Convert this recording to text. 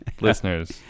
listeners